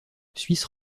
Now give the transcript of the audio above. suisse